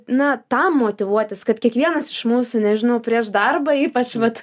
na tą motyvuotis kad kiekvienas iš mūsų nežinau prieš darbą ypač vat